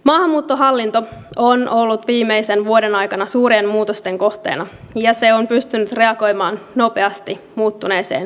maahanmuuttohallinto on ollut viimeisen vuoden aikana suurien muutosten kohteena ja se on pystynyt reagoimaan nopeasti muuttuneeseen tilanteeseen